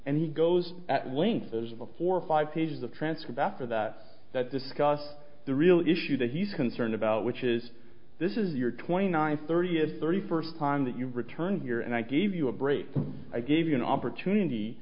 and he goes at length as before five pages of transcripts after that that discuss the real issue that he's concerned about which is this is your twenty nine thirty it thirty first time that you've returned here and i gave you a break i gave you an opportunity